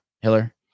Hiller